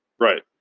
Right